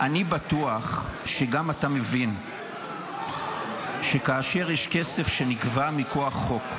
אני בטוח שגם אתה מבין שכאשר יש כסף שנגבה מכוח חוק,